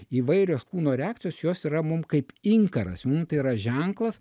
įvairios kūno reakcijos jos yra mum kaip inkaras mum tai yra ženklas